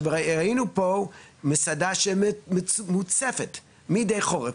ראינו פה מסעדה שמוצפת מדי חורף,